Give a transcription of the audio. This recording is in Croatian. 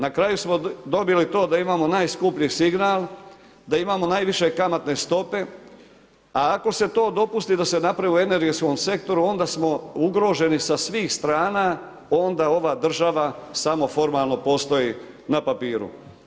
Na kraju smo dobili to da imamo najskuplji signal, da imamo najviše kamatne stope, a ako se to dopusti da se napravi u energetskom sektoru onda smo ugroženi sa svih strana, onda ova država samo formalno postoji na papiru.